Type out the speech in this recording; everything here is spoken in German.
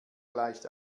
gleicht